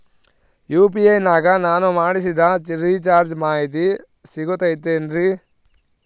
UPI ನಾಗ ನಾನು ಮಾಡಿಸಿದ ರಿಚಾರ್ಜ್ ಮಾಹಿತಿ ಸಿಗುತೈತೇನ್ರಿ?